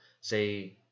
say